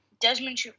Desmond